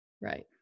Right